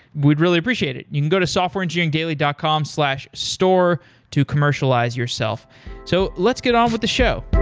we'd really appreciate it. you can go to softwareengineeringdaily dot com slash store to commercialize yourself so let's get on with the show